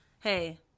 Hey